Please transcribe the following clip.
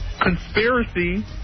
conspiracy